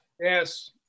Yes